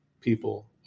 people